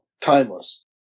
timeless